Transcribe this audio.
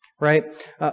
right